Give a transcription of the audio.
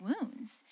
wounds